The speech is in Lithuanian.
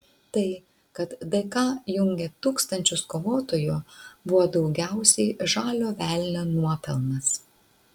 tai kad dka jungė tūkstančius kovotojų buvo daugiausiai žalio velnio nuopelnas